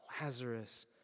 Lazarus